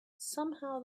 somehow